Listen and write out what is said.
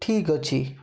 ଠିକ୍ ଅଛି